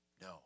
No